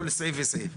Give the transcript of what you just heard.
ומבטל כל סעיף וסעיף.